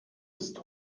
ist